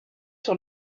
sur